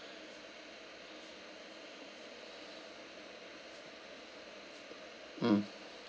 mm